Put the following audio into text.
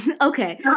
Okay